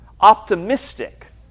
optimistic